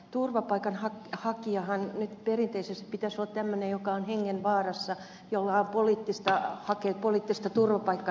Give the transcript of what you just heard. ensinnäkin turvapaikanhakijanhan eussa pitäisi perinteisesti olla tämmöinen joka on hengenvaarassa ja joka hakee poliittista turvapaikkaa tms